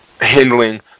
handling